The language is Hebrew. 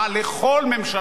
לכל ממשלה,